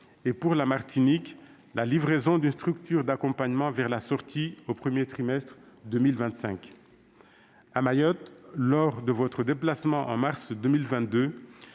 vous avez indiqué que la livraison d'une structure d'accompagnement vers la sortie interviendrait au premier trimestre 2025. À Mayotte, lors de votre déplacement en mars 2022,